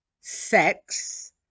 sex